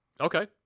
Okay